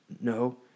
No